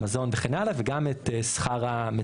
מזון וכן הלאה,